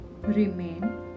remain